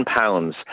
pounds